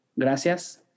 gracias